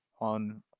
on